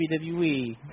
WWE